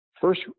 First